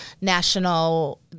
National